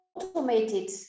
automated